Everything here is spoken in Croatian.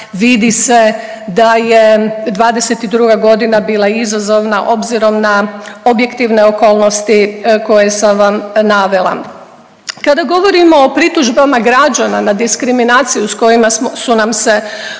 vidi se da je '22.g. bila izazovna obzirom na objektivne okolnosti koje sam vam navela. Kada govorimo o pritužbama građana na diskriminaciju s kojima su nam se